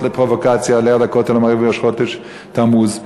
פרובוקציה על-יד הכותל המערבי בראש חודש תמוז,